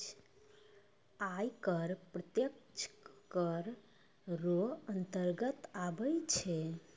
आय कर प्रत्यक्ष कर रो अंतर्गत आबै छै